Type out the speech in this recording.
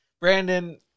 Brandon